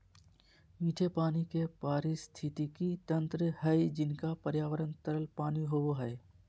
मीठे पानी के पारिस्थितिकी तंत्र हइ जिनका पर्यावरण तरल पानी होबो हइ